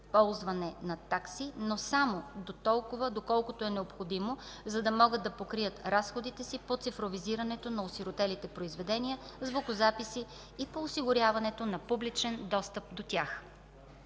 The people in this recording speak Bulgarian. използване такси, но само доколкото това е необходимо, за да могат да покрият разходите си по цифровизирането на осиротелите произведения и звукозаписи и по осигуряването на публичен достъп до тях.